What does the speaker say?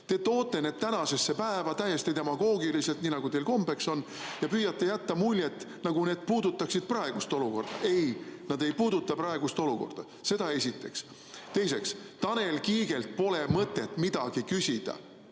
Te toote need tänasesse päeva täiesti demagoogiliselt, nii nagu teil kombeks on, ja püüate jätta muljet, nagu need puudutaksid praegust olukorda. Ei, need ei puuduta praegust olukorda. Seda esiteks. Teiseks, Tanel Kiigelt pole mõtet midagi küsida.